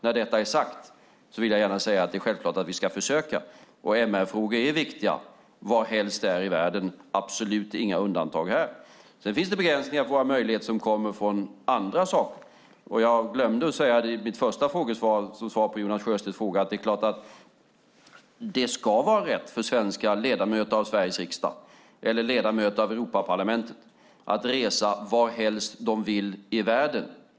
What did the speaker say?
När detta är sagt vill jag gärna säga att det är det självklart att vi ska försöka. MR-frågor är viktiga varhelst i världen. Här finns det absolut inga undantag. Sedan finns det begränsningar i våra möjligheter som kommer från andra saker. Jag glömde att i mitt första svar på Jonas Sjöstedt fråga säga att det ska vara en rätt för ledamöter av Sveriges riksdag eller ledamöter av Europaparlamentet att resa varthelst de vill i världen.